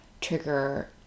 trigger